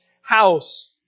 house